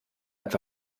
etwa